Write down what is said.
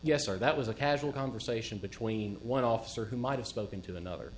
yes our that was a casual conversation between one officer who might have spoken to another